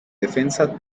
defensa